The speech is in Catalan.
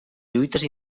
lluites